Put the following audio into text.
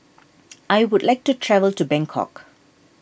I would like to travel to Bangkok